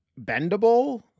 bendable